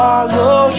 Follow